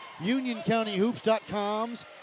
UnionCountyHoops.com's